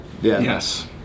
Yes